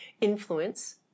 influence